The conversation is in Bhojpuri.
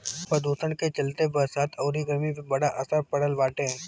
प्रदुषण के चलते बरसात अउरी गरमी पे बड़ा असर पड़ल बाटे